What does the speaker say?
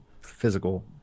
physical